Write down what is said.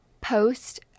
post